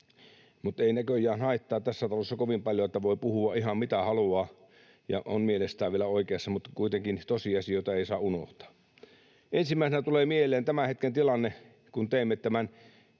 Ei näköjään haittaa tässä talossa kovin paljon, että voi puhua ihan mitä haluaa ja on mielestään vielä oikeassa. Mutta kuitenkaan tosiasioita ei saa unohtaa. Ensimmäisenä tulee mieleen tämän hetken tilanne. Kun teemme tämän